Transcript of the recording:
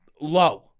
low